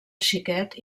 xiquet